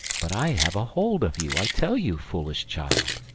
but i have a hold of you, i tell you, foolish child.